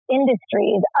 industries